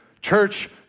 Church